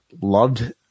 loved